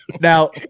Now